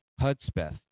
Hudspeth